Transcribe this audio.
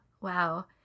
Wow